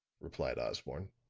replied osborne.